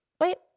Wait